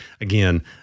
again